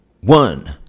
One